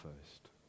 first